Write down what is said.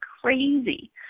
crazy